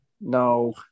no